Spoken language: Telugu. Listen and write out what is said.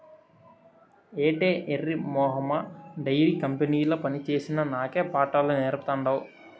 ఏటే ఎర్రి మొహమా డైరీ కంపెనీల పనిచేసిన నాకే పాఠాలు నేర్పతాండావ్